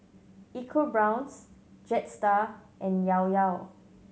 EcoBrown's Jetstar and Llao Llao